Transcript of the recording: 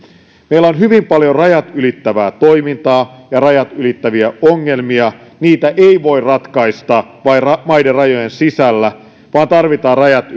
meillä on hyvin paljon rajat ylittävää toimintaa ja rajat ylittäviä ongelmia niitä ei voi ratkaista maiden rajojen sisällä vaan tarvitaan rajat